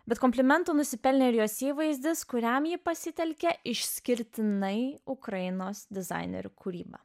bet komplimentų nusipelnė ir jos įvaizdis kuriam ji pasitelkia išskirtinai ukrainos dizainerių kūrybą